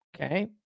Okay